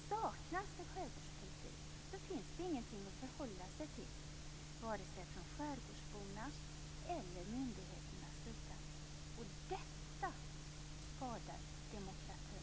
Avsaknaden av en skärgårdspolitik gör att det inte finns någonting att förhålla sig till, varken från skärgårdsbornas eller från myndigheternas sida. Detta skadar demokratin, dvs. folkstyret.